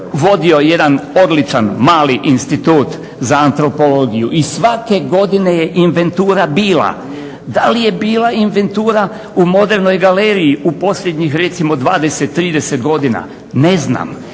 vodio jedan odličan mali Institut za antropologiju i svake godine je inventura bila. Da li je bila inventura u Modernoj galeriji u posljednjih recimo 20, 30 godina? Ne znam.